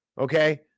Okay